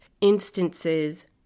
instances